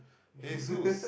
hey Sues